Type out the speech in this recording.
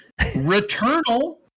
Returnal